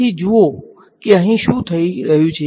તેથી બરાબરનેતે લગભગ સાચું છે તેથી જુઓ કે અહીં શું થઈ રહ્યું છે